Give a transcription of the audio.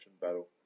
battle